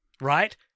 Right